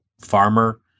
farmer